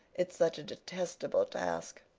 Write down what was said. it's such a detestable task.